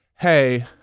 Hey